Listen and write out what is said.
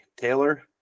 taylor